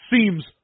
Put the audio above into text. seems